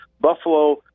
Buffalo